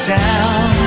down